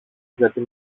γιατί